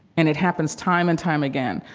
and it happens time and time again.